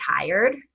tired